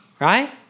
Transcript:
right